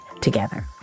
together